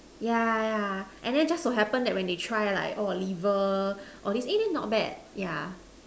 yeah yeah and then just so happen when they try like oh liver or this eh then not bad ya